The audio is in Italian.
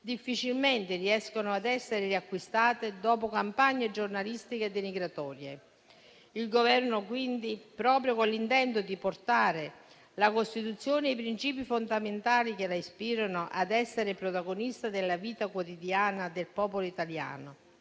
difficilmente riescono ad essere riacquistate dopo campagne giornalistiche denigratorie. Il Governo quindi, proprio con l'intento di portare la Costituzione e i principi fondamentali che la ispirano ad essere protagonista della vita quotidiana del popolo italiano,